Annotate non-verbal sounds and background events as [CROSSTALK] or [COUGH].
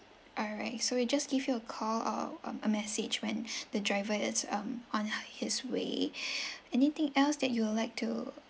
alright so we just give you a call or um a message when [BREATH] the driver is um on his way [BREATH] anything else that you'll like to